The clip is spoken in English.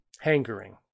Hankering